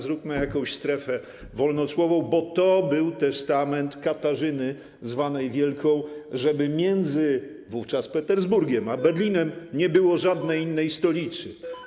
Zróbmy tam jakąś strefę wolnocłową, bo to był testament Katarzyny zwanej Wielką, żeby między wówczas Petersburgiem a Berlinem nie było żadnej innej stolicy.